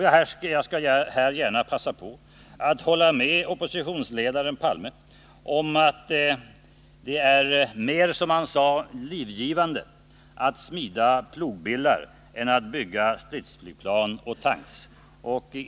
Jag skall här gärna passa på att hålla med oppositionsledaren Olof Palme om att det, som han sade, är mer livgivande att smida plogbillar än att bygga stridsflygplan och tanks.